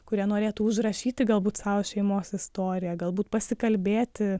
kurie norėtų užrašyti galbūt sau šeimos istoriją galbūt pasikalbėti